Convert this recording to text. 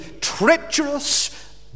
treacherous